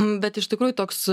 bet iš tikrųjų toks